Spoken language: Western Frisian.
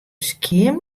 skjin